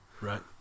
Right